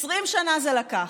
20 שנה זה לקח,